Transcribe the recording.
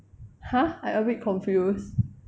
!huh! I a bit confused